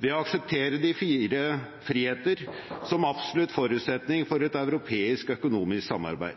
ved å akseptere de fire friheter som absolutt forutsetning for et europeisk økonomisk samarbeid.